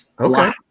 Okay